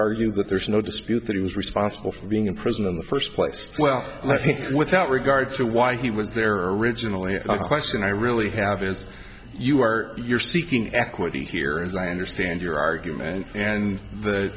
argue that there is no dispute that he was responsible for being in prison in the first place well without regard to why he was there originally a question i really have is you are you're seeking equity here as i understand your argument and th